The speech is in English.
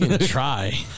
Try